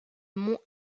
mont